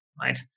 right